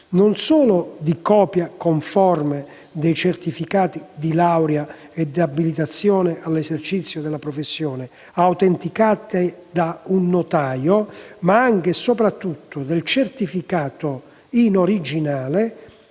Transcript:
non solo di copie conformi dei certificati di laurea e di abilitazione all'esercizio della professione, autenticate da un notaio, «ma anche e soprattutto del certificato in originale